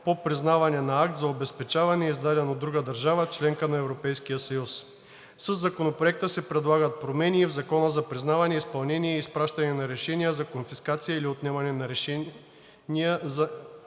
по признаване на акт за обезпечаване, издаден от друга държава – членка на Европейския съюз. Със Законопроекта се предлагат промени и в Закона за признаване, изпълнение и изпращане на решения за конфискация или отнемане и решения за